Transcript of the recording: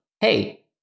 hey